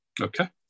Okay